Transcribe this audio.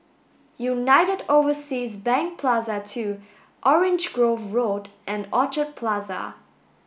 United Overseas Bank Plaza Two Orange Grove Road and Orchid Plaza